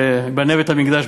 שייבנה בית-המקדש,